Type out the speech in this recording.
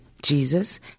Jesus